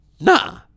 Nah